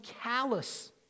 callous